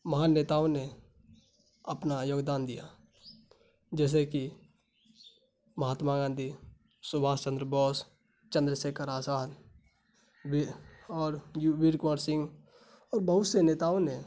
مہان نیتاؤں نے اپنا یوگدان دیا جیسے کہ مہاتما گاندھی سبھاش چندر بوس چندر شیکھر آزاد بھی اور یوویر کور سنگھ اور بہت سے نیتاؤں نے